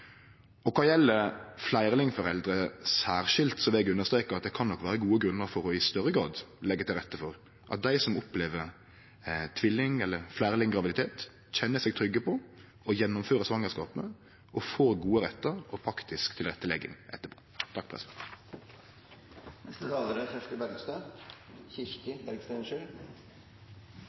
Kva gjeld fleirlingforeldre særskilt, vil eg understreke at det kan nok vere gode grunnar for i større grad å leggje til rette for at dei som opplever tvilling- eller fleirlinggraviditet, kjenner seg trygge på å gjennomføre svangerskapet og få gode rettar og praktisk tilrettelegging etterpå. Abortloven står sterkt i Norge, og presiseringen som er